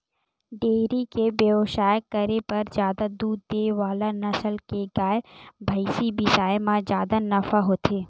dairy के बेवसाय करे बर जादा दूद दे वाला नसल के गाय, भइसी बिसाए म जादा नफा होथे